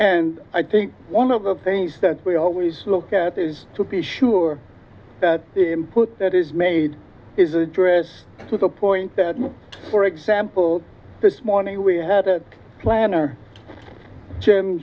and i think one of the things that we always look at is to be sure that input that is made is address to the point that for example this morning we had a plan